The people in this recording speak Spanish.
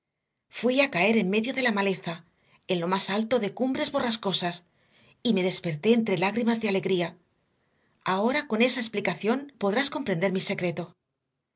en medio de la maleza en lo más alto de cumbres borrascosas y me desperté entre lágrimas de alegría ahora con esa explicación podrás comprender mi secreto